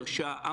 לוי,